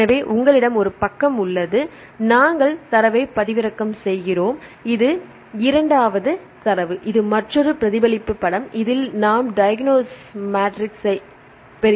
எனவே உங்களிடம் ஒரு பக்கம் உள்ளது நாங்கள் தரவைப் பெறுகிறோம் இது இரண்டாவது தரவு இது மற்றொரு பிரதிபலிப்பு படம் இதில் நாம் டையஃக்னல் மேட்ரிக்ஸைப் பெறுகிறோம்